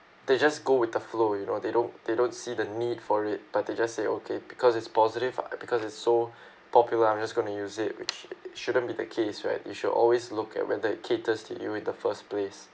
they just go with the flow you know they don't they don't see the need for it but they just say okay because it's positive because it's so popular I'm just going to use it which shouldn't be the case right you should always look at whether it caters to you in the first place